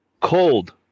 Cold